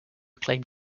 claimed